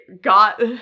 got